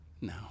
No